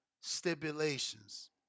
stipulations